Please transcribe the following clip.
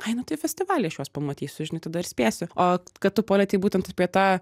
ai nu tai festivaly aš juos pamatysiu žinai tada ir spėsiu o kad tu palietei būtent apie tą